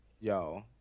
Yo